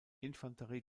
infanterie